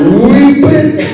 weeping